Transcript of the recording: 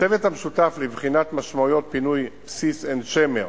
הצוות המשותף לבחינת משמעויות בסיס עין-שמר